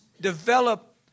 develop